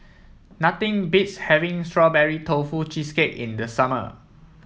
nothing beats having Strawberry Tofu Cheesecake in the summer